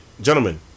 Gentlemen